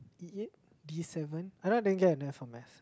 E-eight D-seven I know I didn't get an F for math